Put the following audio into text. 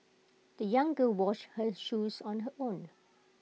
the young girl washed her shoes on her own